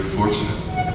fortunate